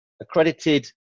accredited